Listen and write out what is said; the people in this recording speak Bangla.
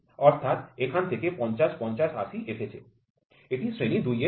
অর্থাৎ এখান থেকে ৫০ ৫০ ৮০ এসেছে এটি শ্রেণি ২ এর জন্য